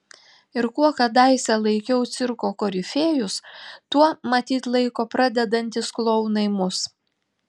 ir kuo kadaise laikiau cirko korifėjus tuo matyt laiko pradedantys klounai mus